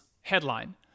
headline